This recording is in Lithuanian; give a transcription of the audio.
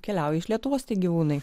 keliauja iš lietuvos tie gyvūnai